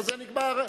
בזה נגמר,